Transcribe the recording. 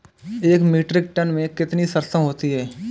एक metric ton में कितनी सरसों होती है?